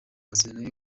amasezerano